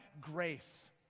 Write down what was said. grace